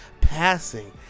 passing